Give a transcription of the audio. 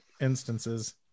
instances